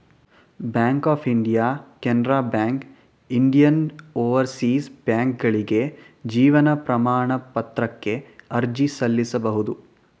bank of India Canara bank Indian overseas ಬ್ಯಾಂಕ್ಕ್ಗಳಿಗೆ ಜೀವನ ಪ್ರಮಾಣ ಪತ್ರಕ್ಕೆ ಅರ್ಜಿ ಸಲ್ಲಿಸಬಹುದು